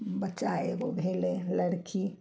बच्चा एगो भेलै हँ लड़की